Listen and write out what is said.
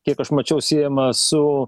kiek aš mačiau siejama su